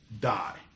die